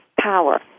power